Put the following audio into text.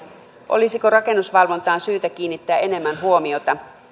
olisiko rakennusvalvontaan syytä kiinnittää enemmän huomiota